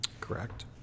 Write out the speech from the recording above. Correct